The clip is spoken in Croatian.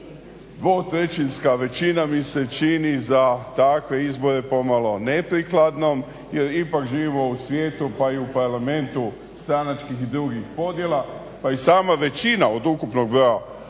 dvotrećinska većina mi se čini za takve izbore pomalo neprikladnom, jer ipak živimo u svijetu pa i u Parlamentu stranačkih i drugih podjela pa i sama većina od ukupnog broja